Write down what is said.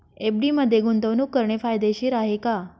FD मध्ये गुंतवणूक करणे फायदेशीर आहे का?